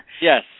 Yes